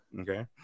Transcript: Okay